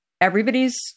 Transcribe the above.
everybody's